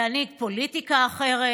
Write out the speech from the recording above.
להנהיג פוליטיקה אחרת,